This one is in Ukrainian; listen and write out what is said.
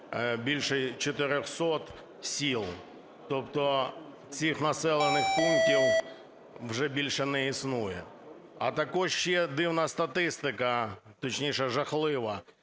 більше 400 сіл. Тобто цих населених пунктів вже більше не існує. А також ще дивна статистика, точніше жахлива,